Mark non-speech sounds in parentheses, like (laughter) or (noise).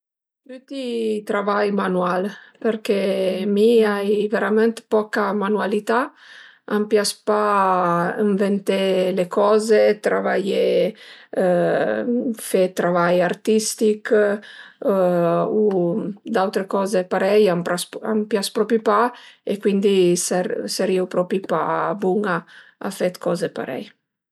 Tüti i travai manual përché mi ai vëramënt poca manualità, m'pias pa ënventé le coze, travaié (hesitation) fe 'd travai artistich u d'autre coze parei a m'pias propi pa e cuindi sërìu propi ba bun-a a fe 'd coze parei